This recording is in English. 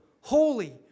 holy